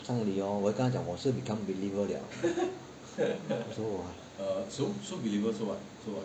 丧礼 hor 我跟她讲说我是 become believer liao